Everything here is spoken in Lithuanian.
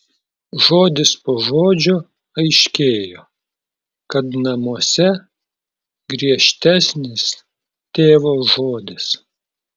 žodis po žodžio aiškėjo kad namuose griežtesnis tėvo žodis